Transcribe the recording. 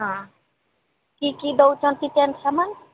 ହଁ କି କି ଦେଉଛନ୍ତି କି ସାମାନ୍